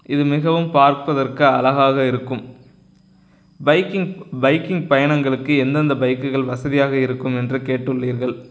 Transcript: இது மிகவும் பார்ப்பதற்கு அழகாக இருக்கும் பைக்கிங் பைக்கிங் பயணங்களுக்கு எந்தெந்த பைக்குகள் வசதியாக இருக்கும் என்று கேட்டுள்ளீர்கள்